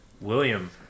William